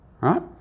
Right